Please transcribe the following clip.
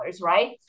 right